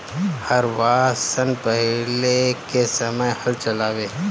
हरवाह सन पहिले के समय हल चलावें